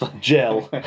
Gel